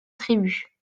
tribu